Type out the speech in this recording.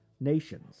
nations